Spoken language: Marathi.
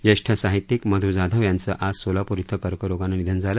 ज्येष्ठ साहित्यिक मध् जाधव यांचं आज सोलापूर इथं कर्करोगानं निधन झालं